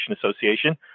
Association